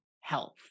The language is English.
health